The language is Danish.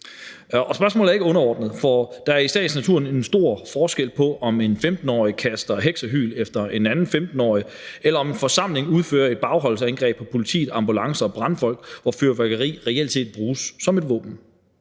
Spørgsmålet er ikke underordnet, for der er i sagens natur en stor forskel på, om en 15-årig kaster heksehyl efter en anden 15-årig, eller om en forsamling udfører et bagholdsangreb på politi, ambulancer og brandfolk, hvor fyrværkeri reelt set bruges som våben.